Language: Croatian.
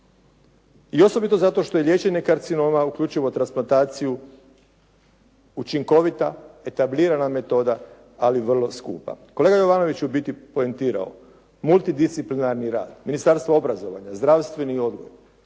I osobito zato što je liječenje karcinoma uključivo transplantaciju učinkovita, etablirana metoda ali vrlo skupa. Kolega Jovanović je u biti poentirao. Multidisciplinarni rad, Ministarstvo obrazovanja, zdravstveni odgoj,